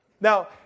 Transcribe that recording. Now